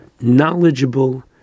knowledgeable